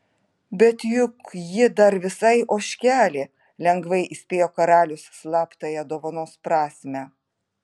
bet juk ji dar visai ožkelė lengvai įspėjo karalius slaptąją dovanos prasmę